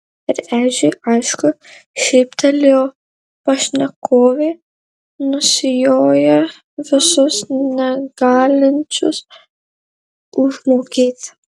ir ežiui aišku šyptelėjo pašnekovė nusijoja visus negalinčius užmokėti